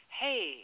hey